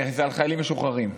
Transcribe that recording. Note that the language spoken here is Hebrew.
זה על חיילים משוחררים.